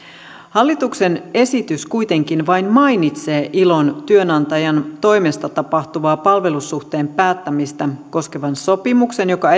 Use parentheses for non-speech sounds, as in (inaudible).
hallituksen esitys kuitenkin vain mainitsee työnantajan toimesta tapahtuvaa palvelussuhteen päättämistä koskevan ilon sopimuksen joka (unintelligible)